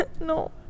no